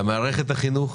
למערכת החינוך.